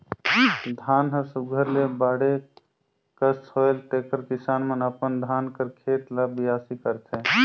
धान हर सुग्घर ले बाढ़े कस होएल तेकर किसान मन अपन धान कर खेत ल बियासी करथे